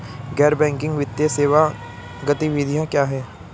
गैर बैंकिंग वित्तीय सेवा गतिविधियाँ क्या हैं?